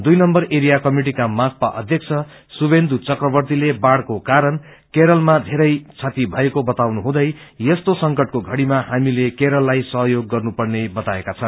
दुई number area कमिटीका माक्पा अध्यक्ष शर्बेन्दु चक्रवर्तीले बाढ़को कारण केरलमा धेरै क्षति भएको बताउनुहुँदै यस्तो संकटको घड़ीमा हामीले केरललाई सहयोग गर्नु पर्ने बताएका छन्